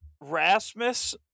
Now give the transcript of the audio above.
Rasmus